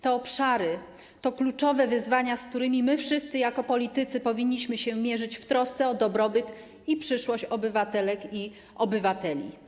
Te obszary to kluczowe wyzwania, z którymi my wszyscy jako politycy powinniśmy się mierzyć w trosce o dobrobyt i przyszłość obywatelek i obywateli.